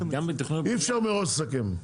אי אפשר מראש לסכם.